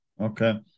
Okay